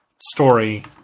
story